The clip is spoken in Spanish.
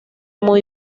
muy